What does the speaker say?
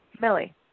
Millie